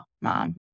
Mom